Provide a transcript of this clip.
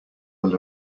will